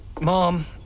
Mom